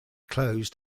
closed